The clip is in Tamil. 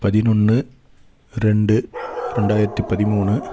பதினொன்று ரெண்டு ரெண்டாயிரத்து பதிமூணு